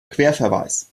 querverweis